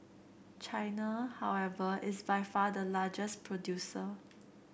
China however is by far the largest producer